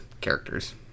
characters